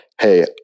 Hey